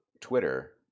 Twitter